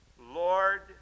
Lord